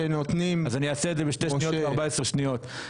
אני אעשה את זה בשתי שניות וב-14 שניות.